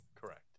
Correct